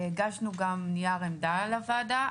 הגשנו גם נייר עמדה לוועדה,